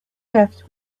left